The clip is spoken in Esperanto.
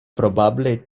probable